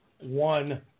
one